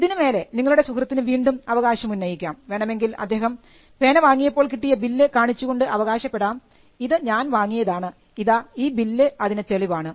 ഇതിന് മേലെ നിങ്ങളുടെ സുഹൃത്തിന് വീണ്ടും അവകാശം ഉന്നയിക്കാം വേണമെങ്കിൽ അദ്ദേഹം പേന വാങ്ങിയപ്പോൾ കിട്ടിയ ബില്ല് കാണിച്ചുകൊണ്ട് അവകാശപ്പെടാം ഇത് ഞാൻ വാങ്ങിയതാണ് ഇതാ ഈ ബില്ല് അതിന് തെളിവാണ്